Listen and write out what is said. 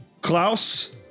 Klaus